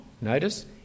notice